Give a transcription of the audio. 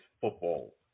football